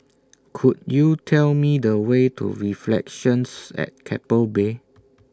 Could YOU Tell Me The Way to Reflections At Keppel Bay